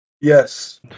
Yes